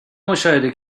مشاهده